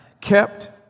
kept